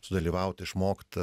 sudalyvaut išmokt